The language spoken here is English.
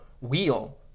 wheel